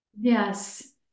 Yes